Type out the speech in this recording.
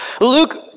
Luke